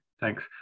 Thanks